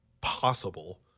possible